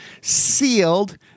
sealed